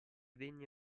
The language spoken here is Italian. degne